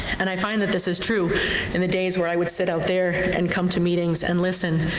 and i find that this is true in the days where i would sit out there and come to meetings and listen.